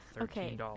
Okay